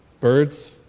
Birds